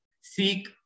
Seek